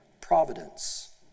providence